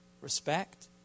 respect